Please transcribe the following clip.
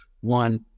one